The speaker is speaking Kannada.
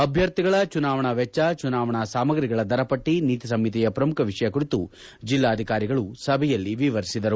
ಅಭ್ಯರ್ಥಿಗಳ ಚುನಾವಣಾ ವೆಚ್ಚ ಚುನಾವಣಾ ಸಾಮಗ್ರಿಗಳ ದರಪಟ್ಟ ನೀತಿ ಸಂಹಿತೆಯ ಪ್ರಮುಖ ವಿಷಯ ಕುರಿತು ಜೆಲ್ಲಾಧಿಕಾರಿಗಳು ಸಭೆಯಲ್ಲಿ ವಿವರಿಸಿದರು